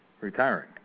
retiring